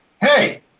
Hey